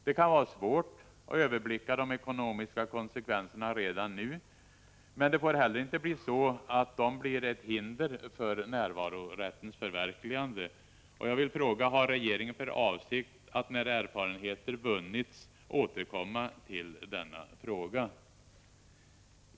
Det kan vara svårt att överblicka de ekonomiska konsekvenserna redan nu. Men det får inte heller bli så att de blir ett hinder för närvarorättens förverkligande. Har regeringen för avsikt att när erfarenheter vunnits återkomma till denna fråga?